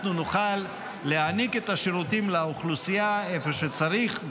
אנחנו נוכל להעניק את השירותים לאוכלוסייה איפה שצריך,